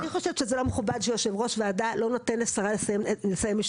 אני חושבת שזה לא מכובד שיושב ראש ועדה לא נותן לשרה לסיים משפט.